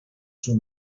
sui